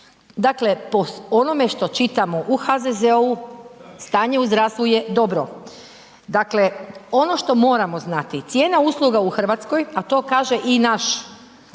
Dakle, po onome što čitamo, u HZZO-u, stanje u zdravstvu je dobro. Dakle, ono što moramo znati, cijena usluga u Hrvatskoj a to kaže i naš